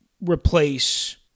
replace